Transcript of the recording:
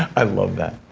i love that.